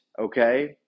okay